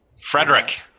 Frederick